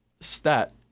stat